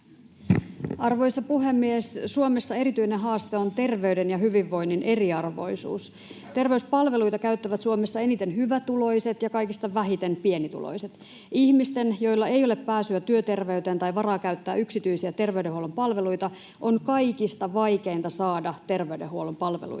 Arvoisa puhemies! Suomessa erityinen haaste on terveyden ja hyvinvoinnin eriarvoisuus. Terveyspalveluita käyttävät Suomessa eniten hyvätuloiset ja kaikista vähiten pienituloiset. Ihmisten, joilla ei ole pääsyä työterveyteen tai varaa käyttää yksityisiä terveydenhuollon palveluita, on kaikista vaikeinta saada terveydenhuollon palveluita.